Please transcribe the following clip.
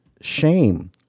shame